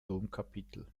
domkapitel